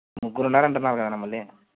ముగ్గురు ఉన్నారు అంటున్నారు కదన్న మళ్ళీ